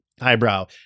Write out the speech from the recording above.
highbrow